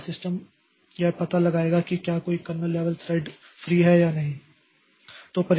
तो क्या सिस्टम यह पता लगाएगा कि क्या कोई कर्नेल लेवल थ्रेड फ्री है या नहीं